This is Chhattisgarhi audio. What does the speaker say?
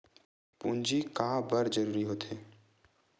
पूंजी का बार जरूरी हो थे?